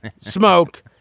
smoke